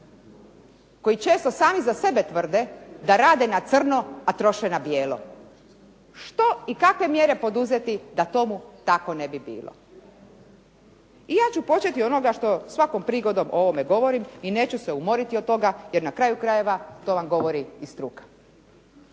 koji često sami za sebe tvrde da rade na crno, a troše na bijelo. Što i kakve mjere poduzeti da tomu tako ne bi bilo? I ja ću početi od onoga što svakom prigodom o ovome govorim i neću se umoriti od toga, jer na kraju krajeva to vam govori i struka.